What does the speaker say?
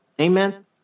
Amen